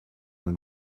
man